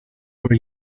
for